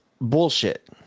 bullshit